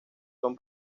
son